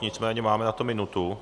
Nicméně máme na to minutu.